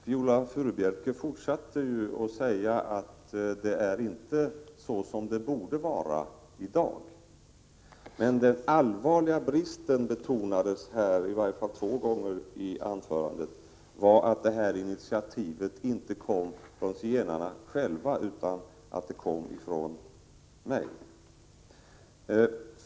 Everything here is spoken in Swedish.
Viola Furubjelke fortsatte med att säga att det inte borde vara så i dag. En allvarlig brist betonades i alla fall två gånger i anförandet, nämligen att initiativet inte kom från zigenarna själva utan från mig.